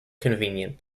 convenient